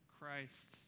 Christ